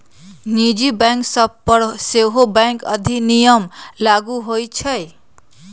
निजी बैंक सभ पर सेहो बैंक अधिनियम लागू होइ छइ